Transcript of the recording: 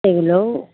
এগুলোও